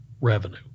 revenue